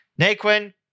Naquin